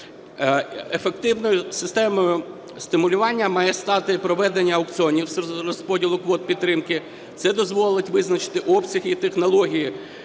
Ефективною системою стимулювання має стати проведення аукціонів з розподілу квот підтримки. Це дозволить визначити обсяги і технології